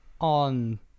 on